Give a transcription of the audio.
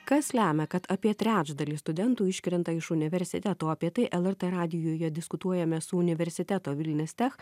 kas lemia kad apie trečdalį studentų iškrenta iš universitetų apie tai lrt radijuje diskutuojame su universiteto vilnius tech